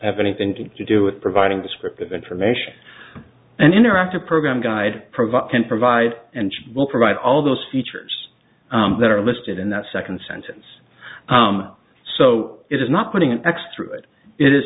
have anything to do with providing descriptive information and interactive program guide provide can provide and will provide all those features that are listed in that second sentence so it is not putting an x through it it is